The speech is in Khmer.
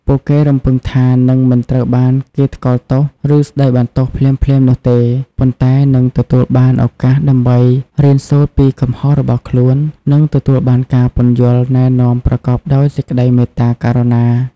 ពួកគេរំពឹងថានឹងមិនត្រូវបានគេថ្កោលទោស ឬស្ដីបន្ទោសភ្លាមៗនោះទេ ប៉ុន្តែនឹងទទួលបានឱកាសដើម្បីរៀនសូត្រពីកំហុសរបស់ខ្លួន និងទទួលបានការពន្យល់ណែនាំប្រកបដោយសេចក្ដីមេត្តាករុណា។